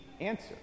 answer